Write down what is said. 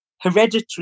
hereditary